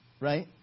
right